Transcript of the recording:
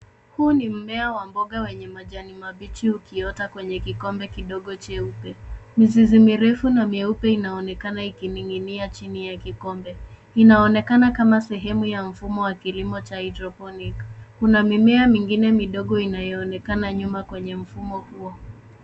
Huu ni mmea wa mboga wenye majani mabichi ukiota kwenye kikombe kidogo cheupe. Mzizi mirefu na myeupe inaonekana ikining'inia chini ya kikombe. Inaonekana kama sehemu ya mfumo wa kilimo cha hydroponic . Kuna mimea mingine midogo inayoonekana nyuma kwenye mfumo huo.